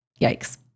yikes